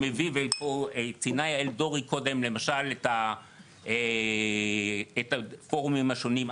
ופה ציינה יעל דורי קודם למשל את הפורומים השונים.